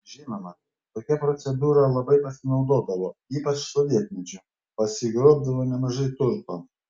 žinoma tokia procedūra labai pasinaudodavo ypač sovietmečiu pasigrobdavo nemažai turto